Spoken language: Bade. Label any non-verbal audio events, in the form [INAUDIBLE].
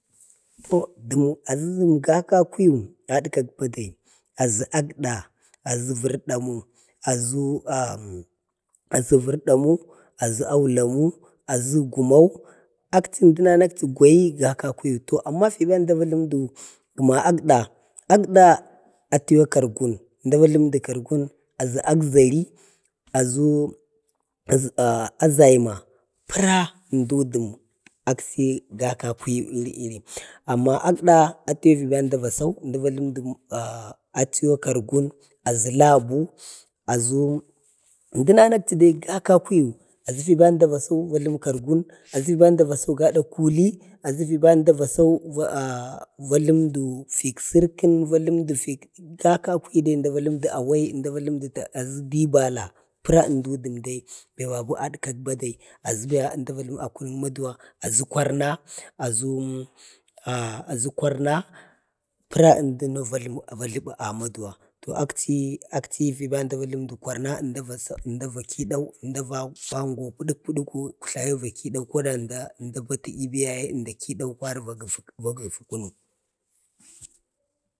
toh dəm aʒu ʒəm kakakuyik a dehak bade. aʒə agda, aʒu vərdamu, [HESITATION] aʒu vərdamu, aʒu aulamu, aʒu gumau. akchi dəna nakchi gakakuyik. to amma fima əmda vajlumudu gəna agda, agda, atiye kargum, ʒmda va jləmədu kargum, aʒu agʒari, aʒu [HESITATION] aʒaima, pəra əmdu dəm aksəyi gakakayik, iri iri. amma agda atəye əmdag va sau, əmda va jləmudu ah atiyau kargu, aʒu labu, aʒu əndəna akchi dai a kukuyu. aʒu fiba əmda vasu, vajləmudu kargun, gada kuli va əmda vasau, va [HESITATION] va jləmudu fik sərkən, va jləmudu kakakuyuk, dai, əmda va jləmudu awai, va jləmudu, aʒu dibala, pəra əmdo dəm dai be babu a dəkak bade aʒə bai əmda va jlumu a kunuk maduwa, aʒu kwarna, pəra əmda va jlubu amaduwa. to akchiyi akchiyi əmda va jləmudu kwarna, əmda va kidan, əmda vaəngwa pudək pudəku, uktlayu va kida koda əmda ba tə'yi bi yaye əmda va kidau kwari va gəfu kunu